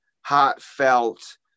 heartfelt